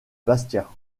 bastia